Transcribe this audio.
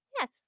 Yes